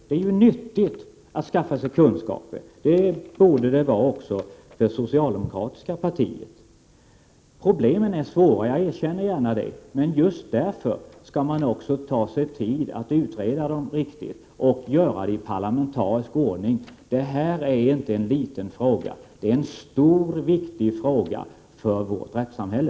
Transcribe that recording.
Det är ju nyttigt att skaffa sig kunskaper. Det borde det vara också inom det socialdemokratiska partiet. Jag erkänner gärna att problemen är svåra, men just därför skall man ta sig tid att utreda dem riktigt och göra det i parlamentarisk ordning. Det här är inte en liten fråga utan en stor och viktig fråga för vårt rättssamhälle.